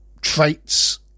traits